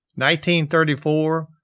1934